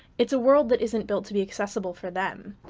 it's a world that isn't built to be accessible for them.